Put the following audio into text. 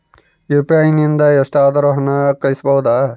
UPI ನಿಂದ ಎಷ್ಟಾದರೂ ಹಣ ಕಳಿಸಬಹುದಾ?